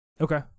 Okay